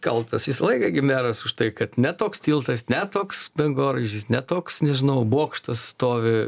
kaltas visą laiką gi meras už tai kad ne toks tiltas ne toks dangoraižis ne toks nežinau bokštas stovi